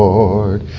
Lord